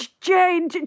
Jane